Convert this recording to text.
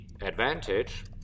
advantage